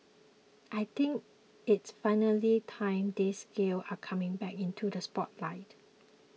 I think it's finally time these skills are coming back into the spotlight